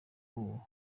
kugaruka